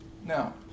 Now